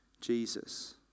Jesus